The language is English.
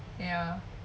ya